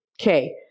Okay